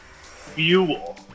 Fuel